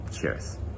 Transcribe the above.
Cheers